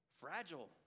fragile